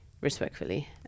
respectfully